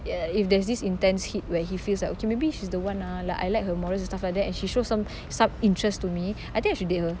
if there's this intense heat where he feels like okay maybe she's the one ah like I like her morals and stuff like that and she shows some some interest to me I think I should date her